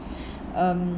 um